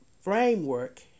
framework